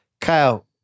Kyle